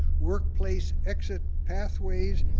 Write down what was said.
workplace exit pathways,